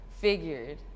figured